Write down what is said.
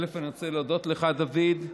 אני רוצה להודות לך, דוד,